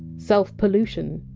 self-pollution!